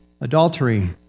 adultery